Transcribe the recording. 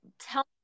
Tell